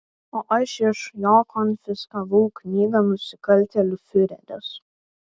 o aš iš jo konfiskavau knygą nusikaltėlių fiureris